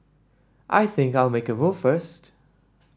I think I'll make a move first